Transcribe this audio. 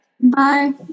Bye